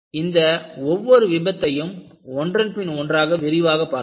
இந்த ஒவ்வொரு விபத்தையும் ஒன்றன்பின் ஒன்றாக விரிவாக பார்க்கலாம்